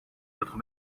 notre